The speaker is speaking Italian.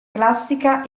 classica